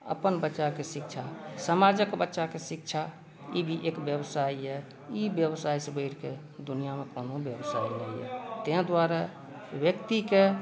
अपन बच्चाके शिक्षा समाजक बच्चाके शिक्षा ई भी एक व्यवसाय यए ई व्यवसायसे बढ़िके दुनिआँमे कोनो व्यवसाय नहि अइ तेँ द्वारे व्यक्तिकेँ